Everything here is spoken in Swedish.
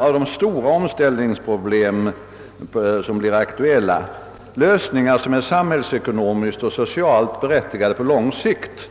av de stora omställningsproblem som blir aktuella, lösningar som är samhällsekonomiskt och socialt berättigade på lång sikt.